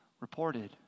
reported